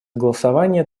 голосования